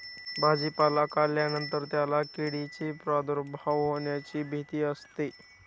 भाजीपाला काढल्यानंतर त्याला किडींचा प्रादुर्भाव होण्याची भीती असते